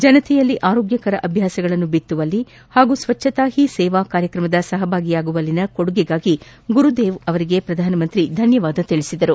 ಜನತೆಯಲ್ಲಿ ಆರೋಗ್ಯಕರ ಅಭ್ಯಾಸಗಳನ್ನು ಬಿತ್ತುವಲ್ಲಿ ಹಾಗೂ ಸ್ವಜ್ವತಾ ಹೀ ಸೇವಾ ಕಾರ್ಯಕ್ರಮದ ಸಪಭಾಗಿಯಾಗುವಲ್ಲಿನ ಕೊಡುಗೆಗಾಗಿ ಗುರುದೇವ್ ಅವರಿಗೆ ಪ್ರಧಾನಮಂತ್ರಿ ಧನ್ಕವಾದ ತಿಳಿಸಿದರು